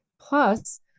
Plus